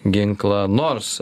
ginklą nors